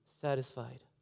satisfied